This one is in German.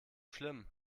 schlimm